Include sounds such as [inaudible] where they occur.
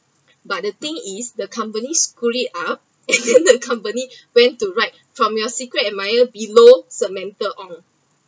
but the thing is the company screwed it up [laughs] and then the company went to write from your secret admirer below samantha ong